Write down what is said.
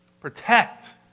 protect